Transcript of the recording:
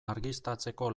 argiztatzeko